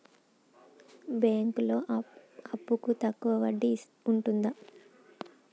బ్యాంకులలో అప్పుకు తక్కువ వడ్డీ ఉంటదా?